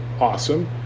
Awesome